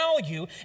value